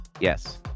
Yes